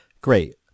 Great